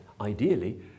ideally